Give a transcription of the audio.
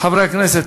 חברי הכנסת,